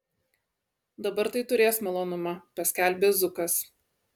dabar tai turės malonumą paskelbė zukas